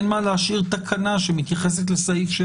ואין מה להשאיר תקנה שמתייחסת לסעיף ש